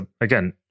again